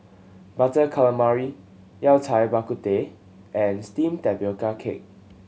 Butter Calamari Yao Cai Bak Kut Teh and steamed tapioca cake